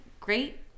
great